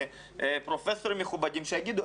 פרופסורים מכובדים שיגידו,